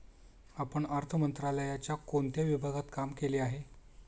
आपण अर्थ मंत्रालयाच्या कोणत्या विभागात काम केले आहे?